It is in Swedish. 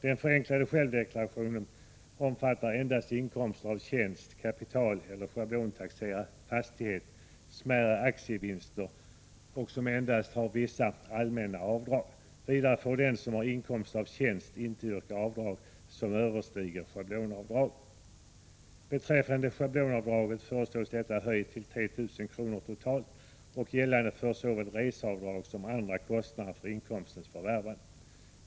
| Den förenklade självdeklarationen omfattar endast inkomster av tjänst, kapital, schablontaxerad fastighet och smärre aktievinster. Den förenklade deklarationen gäller dessutom endast för inkomsttagare som bara har vissa allmänna avdrag. Vidare får den som har inkomst av tjänst inte yrka avdrag som överstiger schablonavdraget. Schablonavdraget föreslås bli höjt till 3 000 kr. totalt och skall gälla såväl resor som andra kostnader för inkomstens förvärvande.